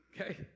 okay